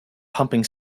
pumping